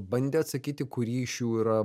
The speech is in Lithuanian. bandė atsakyti kurį iš jų yra